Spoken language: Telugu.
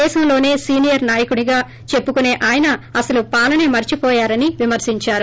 దేశంలోసే సీనియర్ రాజకీయ నాయకుడిని అని చెప్పుకునే ఆయన అసలు పాలనే మరిచిపోయారని విమర్చించారు